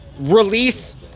release